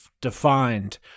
defined